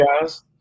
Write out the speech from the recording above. guys